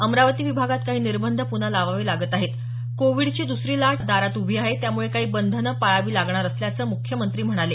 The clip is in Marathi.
अमरावती विभागात काही निर्बंध पुन्हा लावावे लागत आहेत कोविडची दुसरी लाट दारात उभी आहे त्यामुळे काही बंधन पाळावी लागणार असल्याचं मुख्यमंत्री म्हणाले